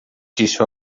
disse